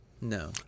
No